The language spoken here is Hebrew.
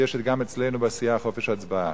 כי יש גם אצלנו בסיעה חופש הצבעה.